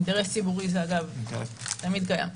אינטרס ציבורי תמיד קיים.